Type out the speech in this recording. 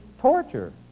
torture